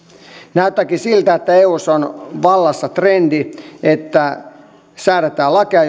näyttääkin siltä että eussa on vallassa trendi että säädetään lakeja